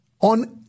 on